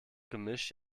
gemisch